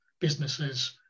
businesses